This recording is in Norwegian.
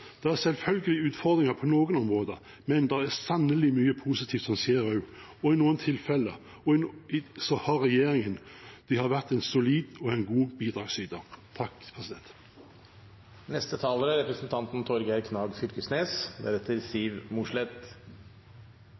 Det er selvfølgelig utfordringer på noen områder, men det er sannelig mye positivt som skjer også, og i noen tilfeller har regjeringen vært en solid og